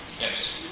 Yes